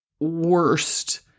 worst